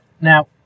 Now